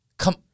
Come